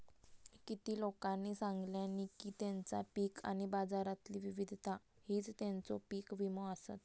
किती लोकांनी सांगल्यानी की तेंचा पीक आणि बाजारातली विविधता हीच तेंचो पीक विमो आसत